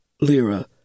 Lyra